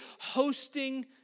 hosting